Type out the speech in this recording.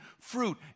fruit